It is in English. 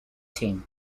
team